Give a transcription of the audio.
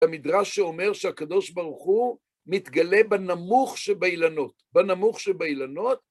המדרש שאומר שהקדוש ברוך הוא מתגלה בנמוך שבעילנות, בנמוך שבעילנות.